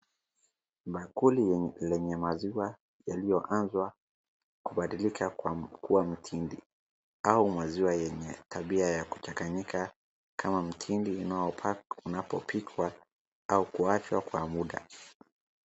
Bakuli lenye maziwa yaliyoanzwa kubadilika kua mtindi au maziwa yenye tabia ya kuchanganyika kama mtindi unapopikwa au kuachwa kwa muda.